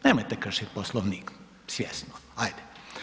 Nemojte kršiti Poslovnik svjesno, ajde.